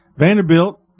Vanderbilt